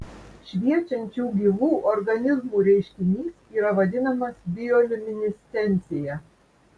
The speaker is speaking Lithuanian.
šviečiančių gyvų organizmų reiškinys yra vadinamas bioliuminescencija